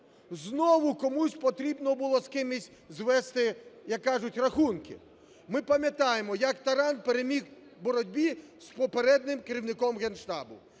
Знову комусь потрібно було з кимось звести, як кажуть, рахунки. Ми пам'ятаємо, як Таран переміг у боротьбі з попереднім керівником Генштабу.